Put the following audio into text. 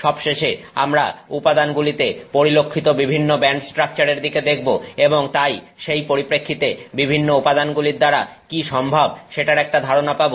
সবশেষে আমরা উপাদানগুলিতে পরিলক্ষিত বিভিন্ন ব্যান্ড স্ট্রাকচার এর দিকে দেখব এবং তাই সেই পরিপ্রেক্ষিতে বিভিন্ন উপাদানগুলির দ্বারা কি সম্ভব সেটার একটা ধারণা পাব